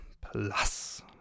plus